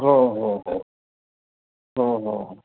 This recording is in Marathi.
हो हो हो हो हो हो